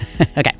Okay